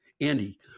Andy